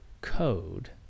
code